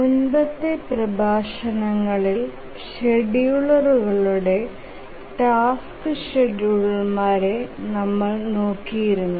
മുമ്പത്തെ പ്രഭാഷണങ്ങളിൽ ഷെഡ്യൂളറുടെ ടാസ്ക് ഷെഡ്യൂളർമാരെ നമ്മൾ നോക്കിയിരുന്നു